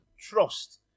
trust